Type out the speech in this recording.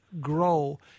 grow